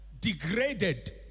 degraded